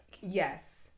Yes